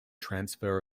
transfer